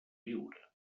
viure